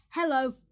Hello